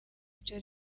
ibyo